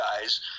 guys